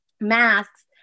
masks